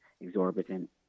exorbitant